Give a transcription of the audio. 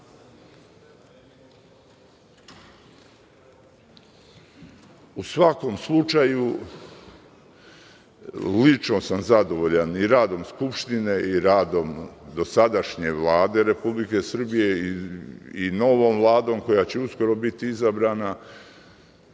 svakom slučaju, lično sam zadovoljan radom Skupštine i radom dosadašnje Vlade Republike Srbije i novom Vladom koja će uskoro biti izabrana.